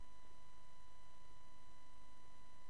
אתנו